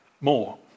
more